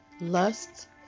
lust